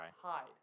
hide